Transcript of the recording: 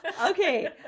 okay